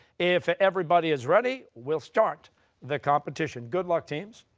if everybody is ready, we'll start the competition. good luck, teams.